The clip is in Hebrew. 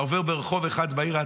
אתה עובר ברחוב אחד בעיר העתיקה,